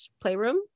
playroom